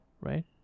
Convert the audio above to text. right